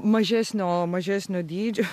mažesnio mažesnio dydžio